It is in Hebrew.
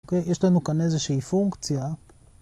יש לנו כאן איזושהי פונקציה.